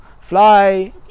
fly